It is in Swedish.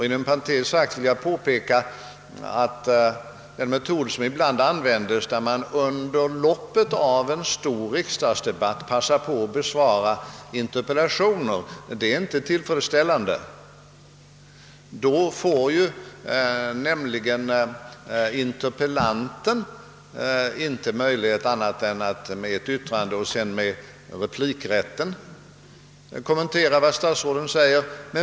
Inom parentes vill jag påpeka att den metod att under loppet av en stor riksdagsdebatt passa på att besvara interpellationer, som ibland används, inte är tillfredsställande. För det första får interpellanten i sådana fall inte möjlighet att annat än genom utnyttjande av replikrätten kom imenteéra vad vederbörande ' statsråd säger.